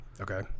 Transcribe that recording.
Okay